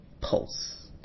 pulse